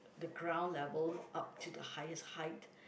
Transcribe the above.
the ground level up to the highest height